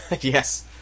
Yes